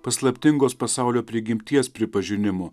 paslaptingos pasaulio prigimties pripažinimo